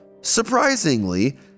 surprisingly